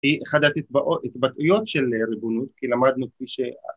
‫היא אחת ההית התבטאויות של ריבונות, ‫כי למדנו כפי ש...